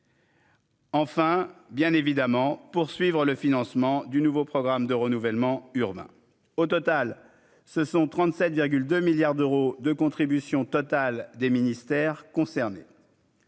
Enfin, bien évidemment poursuivre le financement du nouveau programme de renouvellement urbain, au total ce sont 37 2 milliards d'euros de contribution totale des ministères concernés.